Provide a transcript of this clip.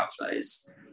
outflows